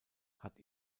hat